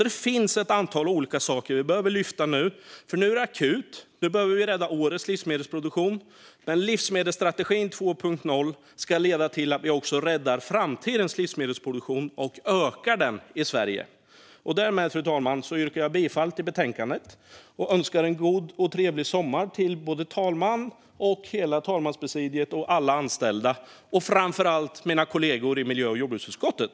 Det finns alltså ett antal olika saker vi behöver lyfta nu, för läget är akut. Nu behöver vi rädda årets livsmedelsproduktion. Men livsmedelsstrategin 2.0 ska leda till att vi räddar även framtidens livsmedelsproduktion i Sverige - och ökar den. Därmed yrkar jag bifall till utskottets förslag i betänkandet och önskar en god och trevlig sommar till såväl talmannen och hela talmanspresidiet som alla anställda - och framför allt till mina kollegor i miljö och jordbruksutskottet.